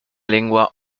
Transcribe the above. lengua